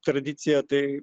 tradicija tai